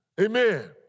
Amen